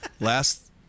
Last